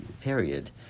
period